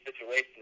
situation